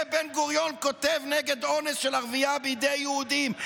את זה בן-גוריון כותב נגד אונס של ערבייה בידי יהודים.